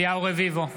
אליהו רביבו,